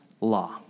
law